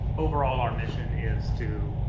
overall our mission is to